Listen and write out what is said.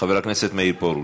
חבר הכנסת מאיר פרוש.